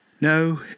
No